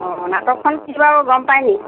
নাটকখন কি বাও গম পাইনি